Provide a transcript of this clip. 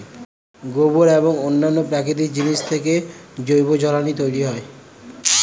গোবর এবং অন্যান্য প্রাকৃতিক জিনিস থেকে জৈব জ্বালানি তৈরি হয়